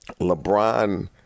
LeBron